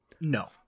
No